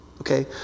Okay